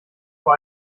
vor